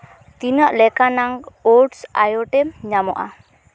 ᱛᱤᱱᱟᱹᱜ ᱞᱮᱠᱟᱱᱟᱝ oats items ᱧᱟᱢᱚᱜᱼᱟ